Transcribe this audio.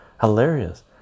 Hilarious